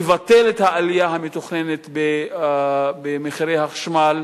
תבטל את העלייה המתוכננת במחירי החשמל.